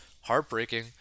Heartbreaking